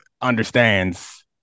understands